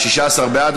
16 בעד.